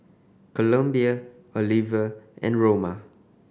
Columbia Oliver and Roma